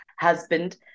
husband